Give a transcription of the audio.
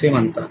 असे म्हणतात